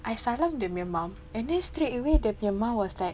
I salam dia nya mum and then straightaway dia punya mum was like